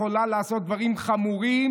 יכולה לעשות דברים חמורים,